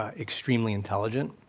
ah extremely intelligent,